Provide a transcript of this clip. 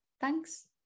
thanks